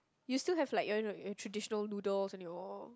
you still have like your you know your traditional noodles and your